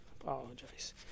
Apologize